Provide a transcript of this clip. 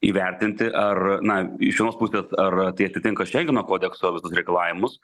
įvertinti ar na iš vienos pusės ar tai atitinka šengeno kodekso reikalavimus